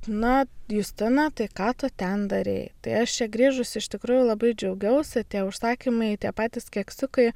na justina tai ką tu ten darei tai aš čia grįžus iš tikrųjų labai džiaugiausi tie užsakymai tie patys keksiukai